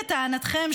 לטענתכם,